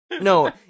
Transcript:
No